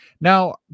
Now